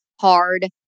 hard